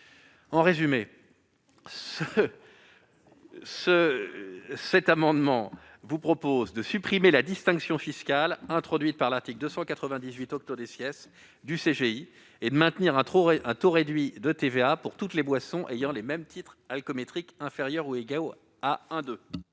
par cet amendement de supprimer la distinction fiscale introduite à l'article 298 du CGI et de maintenir un taux réduit de TVA pour toutes les boissons ayant les mêmes titres alcoométriques inférieurs ou égaux à 1,2